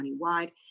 countywide